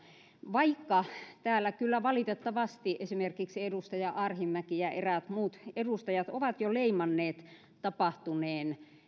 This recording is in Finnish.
vaikka täällä kyllä valitettavasti esimerkiksi edustaja arhinmäki ja eräät muut edustajat ovat jo leimanneet tapahtuneen